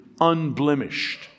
unblemished